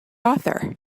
author